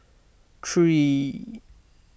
three